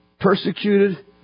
persecuted